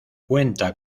cuenta